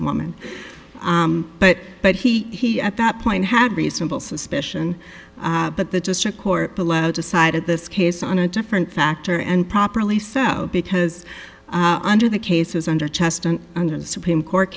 a woman but but he at that point had reasonable suspicion but the district court the lead decided this case on a different factor and properly so because under the cases under test and under the supreme court